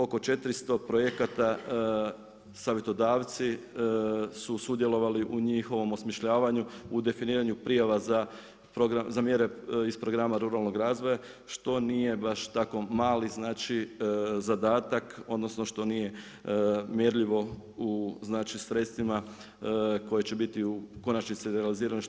Oko 400 projekata savjetodavci su sudjelovali u njihovom osmišljavanju, u definiranju prijavu za mjere iz programa ruralnog razvoja, što nije baš tako mali zadatak, odnosno, što nije mjerljivo u sredstvima koji će biti u konačnici realizirani,